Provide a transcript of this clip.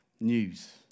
news